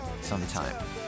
sometime